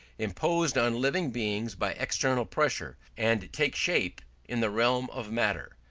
imposed on living beings by external pressure, and take shape in the realm of matter.